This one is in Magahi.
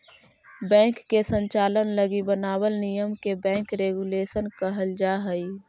बैंक के संचालन लगी बनावल नियम के बैंक रेगुलेशन कहल जा हइ